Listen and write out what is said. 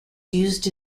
used